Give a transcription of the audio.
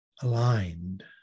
aligned